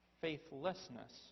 faithlessness